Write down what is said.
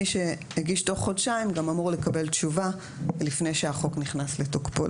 אז מי שהגיש תוך חודשיים אמור לקבל תשובה לפני שהחוק נכנס לתוקפו.